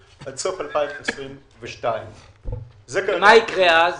עד סוף 2022. מה יקרה אז?